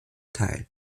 teil